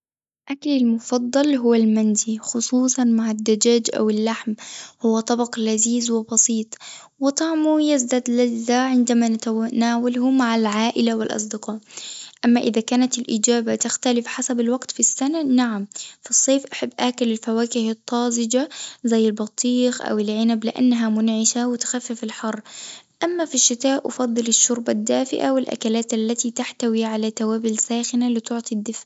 أكلي المفضل هو المندي خصوصًا مع الدجاج أو اللحم هو طبق لذيذ وبسيط، وطعمه يزداد لذة عندما أتناوله مع العائلة والأصدقاء، أما إذا كانت الإجابة تختلف حسب الوقت في السنة، نعم، في الصيف بحب أكل الفواكه الطازجة زي البطيخ أو العنب لإنها منعشة وتخفف الحر، أما في الشتاء أفضل الشوربة الدافئة والأكلات التي تحتوي على توابل ساخنة لتعطي الدفء.